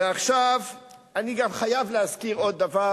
ועכשיו אני גם חייב להזכיר עוד דבר,